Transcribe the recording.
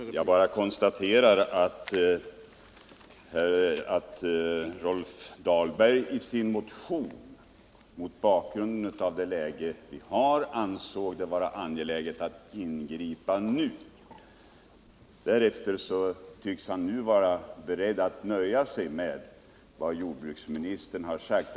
Herr talman! Jag bara konstaterar att Rolf Dahlberg i sin motion, mot bakgrund av det läge vi har, ansåg det vara angeläget att ingripa nu. I dag tycks han emellertid vara beredd att nöja sig med vad jordbruksministern har sagt.